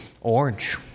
Orange